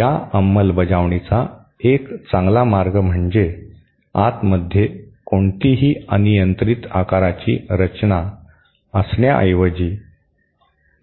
या अंमलबजावणीचा एक चांगला मार्ग म्हणजे आतमध्ये कोणतीही अनियंत्रित आकाराची रचना असण्याऐवजी